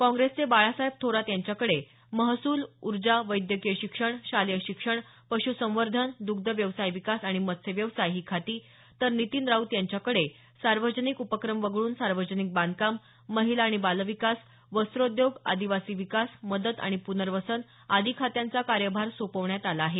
कॉंग्रेसचे बाळासाहेब थोरात यांच्याकडे महसूल ऊर्जा वैद्यकीय शिक्षण शालेय शिक्षण पशू संवर्धन दग्ध व्यवसाय विकास आणि मत्स्यव्यवसाय ही खाती तर नीतीन राऊत यांच्याकडे सार्वजनिक उपक्रम वगळून सार्वजनिक बांधकाम महिला आणि बालविकास वस्त्रोद्योग आदिवासी विकास मदत आणि प्नर्वसन आदी खात्यांचा कार्यभार सोपवण्यात आला आहे